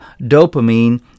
dopamine